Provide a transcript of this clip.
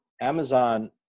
amazon